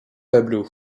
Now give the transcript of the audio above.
pablo